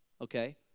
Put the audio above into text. okay